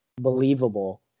believable